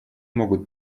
могут